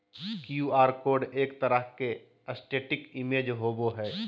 Q R code एक तरह के स्टेटिक इमेज होबो हइ